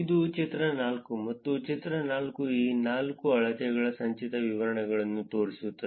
ಇದು ಚಿತ್ರ 4 ಚಿತ್ರ 4 ಈ ನಾಲ್ಕು ಅಳತೆಗಳ ಸಂಚಿತ ವಿತರಣೆಗಳನ್ನು ತೋರಿಸುತ್ತದೆ